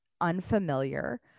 unfamiliar